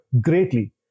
greatly